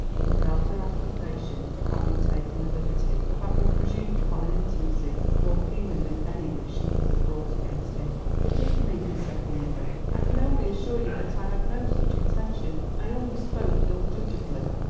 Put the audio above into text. he felt her accusation of having taken a liberty, of having presumed upon an intimacy, more keenly than any which she could have brought against him. forgive me, he said humbly. i can only assure you that i had no such intention. i only spoke ill-judgedly,